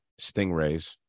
Stingrays